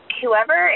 whoever